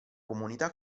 comunità